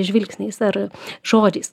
žvilgsniais ar žodžiais